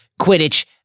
Quidditch